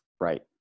Right